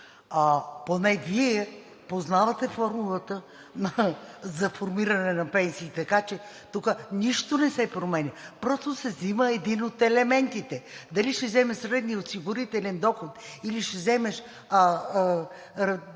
Поне Вие познавате формулата за формиране на пенсии, така че тук нищо не се променя, просто се взима един от елементите – дали ще вземеш средния осигурителен доход, или ще вземеш